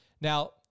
Now